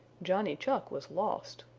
johnny chuck was lost.